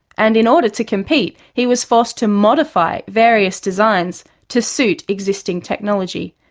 and in order to compete he was forced to modify various designs to suit existing technology,